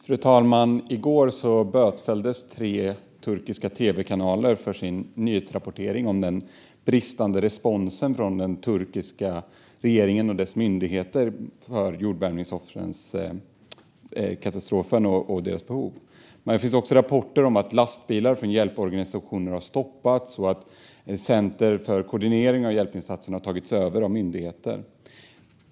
Fru talman! I går bötfälldes tre turkiska tv-kanaler för sin nyhetsrapportering om den bristande responsen från den turkiska regeringen och dess myndigheter gällande offren för jordbävningskatastrofen och deras behov. Det finns också rapporter om att lastbilar från hjälporganisationer har stoppats och att center för koordinering av hjälpinsatserna har tagits över av myndigheter.